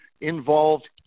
involved